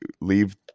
leave